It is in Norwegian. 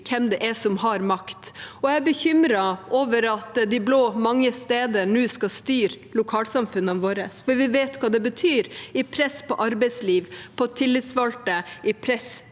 hvem det er som har makt. Jeg er bekymret over at de blå mange steder nå skal styre lokalsamfunnene våre, for vi vet hva det betyr i press på arbeidsliv, på tillitsvalgte og på